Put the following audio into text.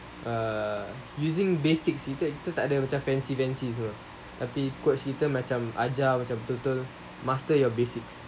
err using basics kita tak ada macam fancy fancy semua tapi coach kita ajar macam betul-betul master your basics